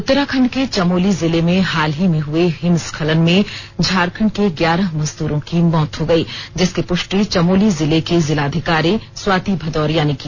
उत्तराखंड के चमोली जिले में हाल ही में हुए हिमस्खलन में झारखंड के ग्यारह मजदूरों की मौत हो गई जिसकी प्रष्टि चमोली जिले की जिलाधिकारी स्वाति भदौरिया ने की